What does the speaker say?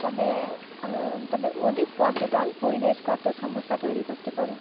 তবে তবে অধিক পর্যটন পরিবেশগত সমস্যা তৈরি করতে পারে